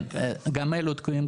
גם אלו תקועים,